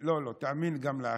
לא, תאמין גם לאחרים.